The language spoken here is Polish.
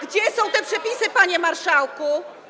Gdzie są te przepisy, panie marszałku?